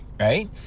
right